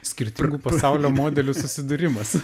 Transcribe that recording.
skirtingų pasaulio modelių susidūrimas